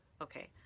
Okay